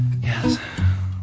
yes